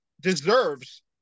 deserves